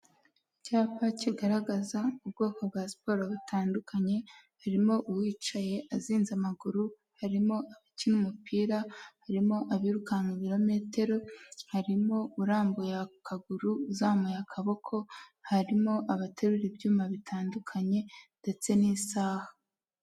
Icyapa kigaragaza ubwoko bwa siporo butandukanye, harimo uwicaye azinze amaguru, harimo abakina umupira, harimo abirukanka ibirometero, harimo urambuye akaguru, uzamuye akaboko, harimo abaterura ibyuma bitandukanye ndetse n'isaha.